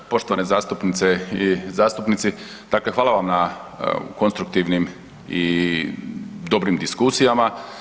Poštovane zastupnice i zastupnici, dakle hvala vam na konstruktivnim i dobrim diskusijama.